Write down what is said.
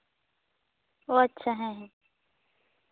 ᱚ ᱟᱪᱪᱷᱟ ᱦᱮᱸ ᱦᱮᱸ